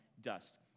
dust